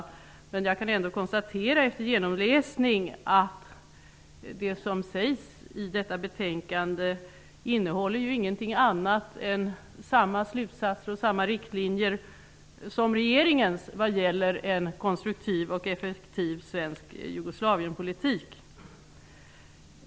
Efter att ha läst igenom betänkandet kan jag ändå konstatera att det inte innehåller något annat än samma slutsatser och riktlinjer som regeringen för fram när det gäller en konstruktiv och effektiv svensk Jugoslavienpolitik.